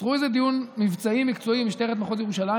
תייצרו איזה דיון מבצעי מקצועי עם משטרת מחוז ירושלים